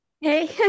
hey